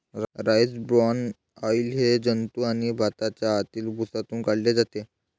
rice bran oil हे जंतू आणि भाताच्या आतील भुसातून काढले जाते